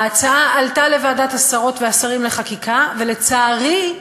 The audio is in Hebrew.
ההצעה עלתה לוועדת השרות והשרים לחקיקה, ולצערי,